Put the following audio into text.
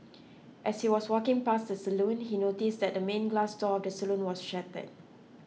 as he was walking past the salon he noticed that the main glass door of the salon was shattered